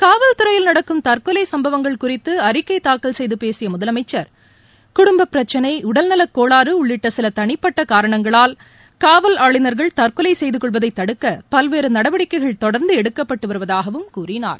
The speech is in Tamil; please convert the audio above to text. காவல் துறையில் நடக்கும் தற்கொலை சம்பவங்கள் குறித்து அறிக்கை தாக்கல் செய்து பேசிய முதலமைச்சர் குடும்ப பிரச்சினை உடல்நலக் கோளாறு உள்ளிட்ட சில தனிப்பட்ட காரணங்களால் காவல் ஆளிநர்கள் தற்கொலை செய்து கொள்வதை தடுக்க பல்வேறு நடவடிக்கைகள் தொடர்ந்து எடுக்கப்பட்டு வருவதாகவும் கூறினார்